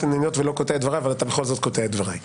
ענייניות ולא קוטע את דבריו אבל אתה בכל זאת קוטע אותם.